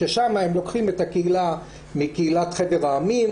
ששם הם לוקחים את הקהילה מקהילת חבר העמים,